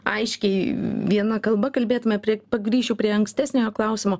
aiškiai viena kalba kalbėtume prie pagrįšiu prie ankstesniojo klausimo